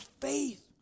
faith